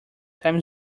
time